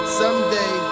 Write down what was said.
someday